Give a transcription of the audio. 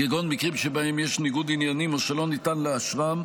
כגון מקרים שבהם יש ניגוד עניינים או שלא ניתן לאשרם,